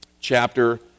chapter